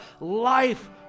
life